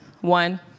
One